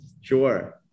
Sure